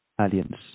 aliens